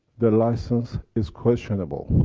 the license is questionable,